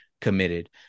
committed